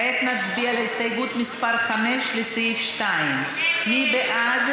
כעת נצביע על הסתייגות מס' 5, לסעיף 2. מי בעד?